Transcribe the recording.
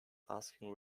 asking